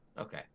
Okay